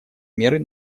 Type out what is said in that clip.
меры